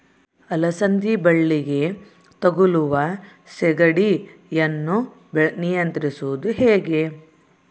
ಅಲಸಂದಿ ಬಳ್ಳಿಗೆ ತಗುಲುವ ಸೇಗಡಿ ಯನ್ನು ನಿಯಂತ್ರಿಸುವುದು ಹೇಗೆ?